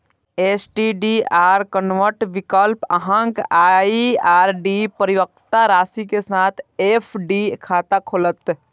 STDR convert विकल्प अहांक ई आर.डी परिपक्वता राशि के साथ एफ.डी खाता खोलत